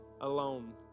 alone